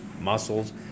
muscles